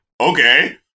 okay